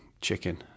chicken